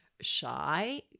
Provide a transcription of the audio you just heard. shy